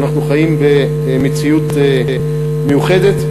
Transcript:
אנחנו חיים במציאות מיוחדת,